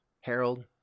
harold